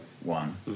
one